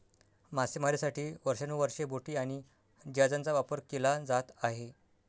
मासेमारीसाठी वर्षानुवर्षे बोटी आणि जहाजांचा वापर केला जात आहे